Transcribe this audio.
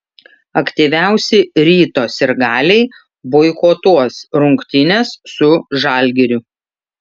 aktyviausi ryto sirgaliai boikotuos rungtynes su žalgiriu